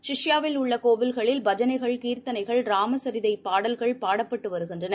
ஷிஷ்பாவில் உள்ள கோவில்களில் பஜனைகள் கீர்த்தனைகள் ராமசரிதைபாடல்கள் பாடப்பட்டுவருகின்றள